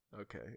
Okay